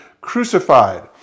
crucified